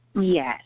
Yes